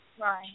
Right